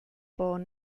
born